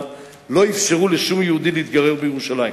לא אפשרו לשום יהודי להתגורר בירושלים.